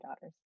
daughters